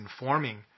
informing